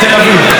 בתל אביב.